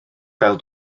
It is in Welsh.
gael